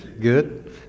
Good